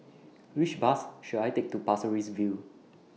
Which Bus should I Take to Pasir Ris View